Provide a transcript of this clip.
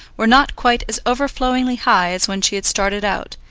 were not quite as overflowingly high as when she had started out,